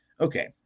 okay